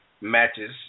matches